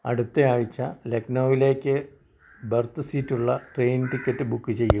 അടുത്ത ആഴ്ച ലക്ക്നൗവിലേക്ക് ബർത്ത് സീറ്റുള്ള ട്രെയിൻ ടിക്കറ്റ് ബുക്ക് ചെയ്യൂ